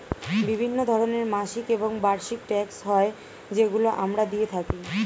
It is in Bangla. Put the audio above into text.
বিভিন্ন ধরনের মাসিক এবং বার্ষিক ট্যাক্স হয় যেগুলো আমরা দিয়ে থাকি